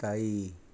ताई